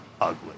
ugly